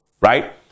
right